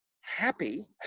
happy